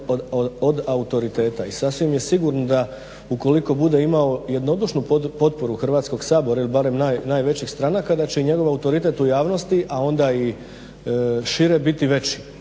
od autoriteta i I sasvim je sigurno da ukoliko bude imao jednodušnu potporu Hrvatskog sabora ili barem najvećih stranaka da će i njegov autoritet u javnosti, a onda i šire biti veći.